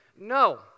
No